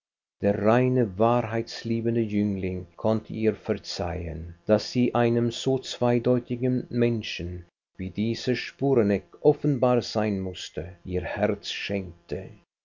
der reine wahrheitsliebende jüngling konnte ihr verzeihen daß sie einem so zweideutigen menschen wie dieser sporeneck offenbar sein mußte ihr herz schenkte